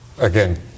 again